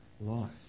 life